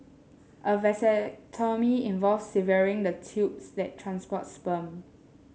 a vasectomy involves severing the tubes that transport sperm